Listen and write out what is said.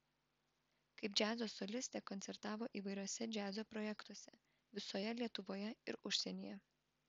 kaip džiazo solistė koncertavo įvairiuose džiazo projektuose visoje lietuvoje ir užsienyje